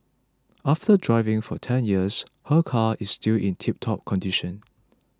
after driving for ten years her car is still in tiptop condition